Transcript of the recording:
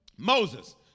Moses